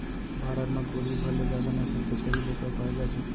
भारत म कोरी भर ले जादा नसल के छेरी बोकरा पाए जाथे